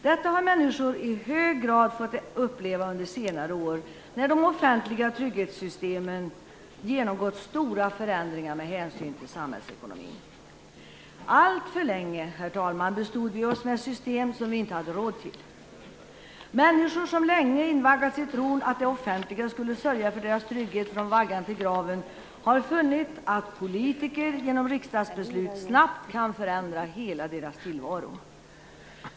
Detta har människor i hög grad fått uppleva under senare år när de offentliga trygghetssystemen genomgått stora förändringar med hänsyn till samhällsekonomin. Herr talman! Alltför länge bestod vi oss med system som vi inte hade råd till. Människor som länge invaggats i tron att det offentliga skulle sörja för deras trygghet från vaggan till graven har funnit att politiker genom riksdagsbeslut snabbt kan ändra hela deras tillvaro.